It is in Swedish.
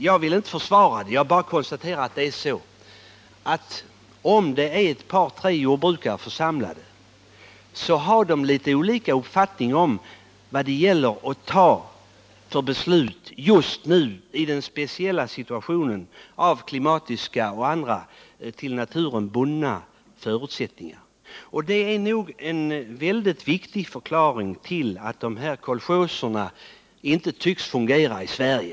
Jag vill inte försvara det — jag bara konstaterar att det är på det sättet att om ett par tre jordbrukare är församlade, så har de litet olika uppfattningar om vad det gäller att fatta för beslut just i den speciella situation av klimatiska och andra till naturen bundna förutsättningar som föreligger. Och det är nog en väldigt viktig förklaring till att de här kolchoserna inte tycks fungera i Sverige.